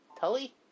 Tully